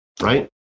right